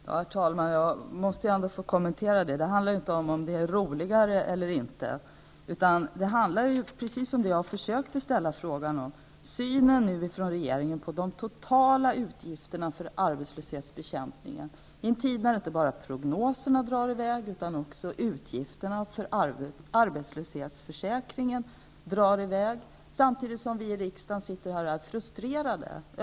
Herr talman! Jag måste ändå få kommentera det Börje Hörnlund sade. Det handlar inte om huruvida det är roligare eller inte, utan det handlar om det jag ställde min fråga om, nämligen regeringens syn på de totala utgifterna för arbetslöshetsbekämpningen. Inte bara prognoserna drar i väg, utan också utgifterna för arbetslöshetsförsäkringen drar i väg, samtidigt som vi i riksdagen sitter och är frustrerade.